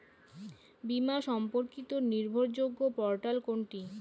বীমা সম্পর্কিত নির্ভরযোগ্য পোর্টাল কোনটি?